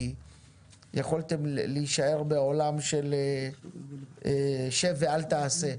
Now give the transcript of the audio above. יכולתם להישאר בעולם של "שב ואל תעשה"